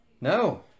No